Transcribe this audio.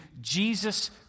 Jesus